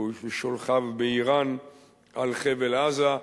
או שולחיו באירן על חבל-עזה,